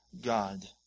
God